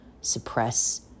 suppress